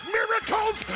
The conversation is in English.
miracles